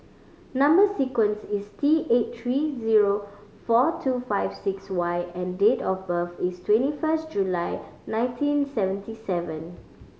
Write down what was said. number sequence is T eight three zero four two five six Y and date of birth is twenty first July nineteen seventy seven